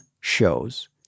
shows